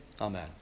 Amen